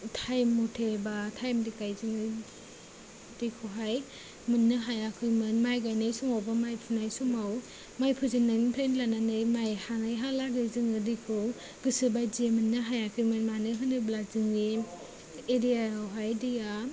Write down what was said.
time मथे बा टाइमलि गायो जे दैखौहाय मोननो हायाखैमोन माइ गायनाय समाव बा माइ फुनाय समाव माइ फोजेननायनिफ्राय लानानै माइ हानायहालागै जोङो दैखौ गोसो बादियै मोननो हायाखैमोन मानो होनोब्ला जोंनि एरियाआवहाय दैया